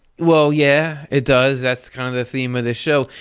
well yeah, it does, that's kind of the theme of this show.